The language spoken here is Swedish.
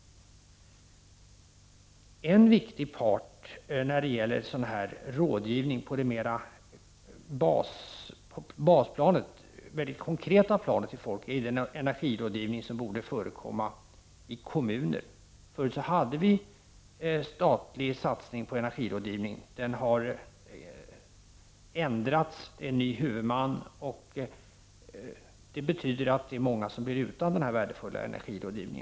En viktig del i energirådgivningen på basplanet, på det konkreta planet, är den rådgivning som borde förekomma i kommuner. Förut satsade staten på energirådgivning. Nu har det ändrats, och vi har fått en ny huvudman. Det betyder att många nu blir utan denna värdefulla energirådgivning.